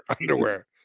underwear